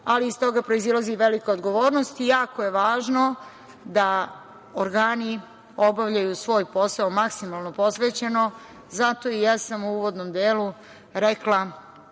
ali iz toga proizilazi velika odgovornost i jako je važno da organi obavljaju svoj posao maksimalno posvećeno, zato i jesam u uvodnom delu rekla